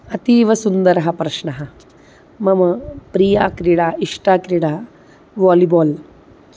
अतीवसुन्दरः प्रश्नः मम प्रिया क्रीडा इष्टा क्रीडा वालिबाल्